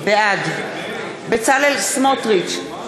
בעד בצלאל סמוטריץ,